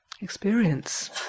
experience